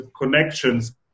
connections